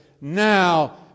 now